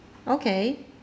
okay